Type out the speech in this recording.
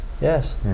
yes